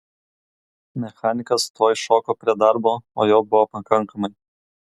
mechanikas tuoj šoko prie darbo o jo buvo pakankamai